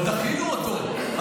אבל דחינו אותו,